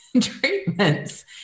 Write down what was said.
treatments